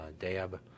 dab